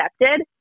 accepted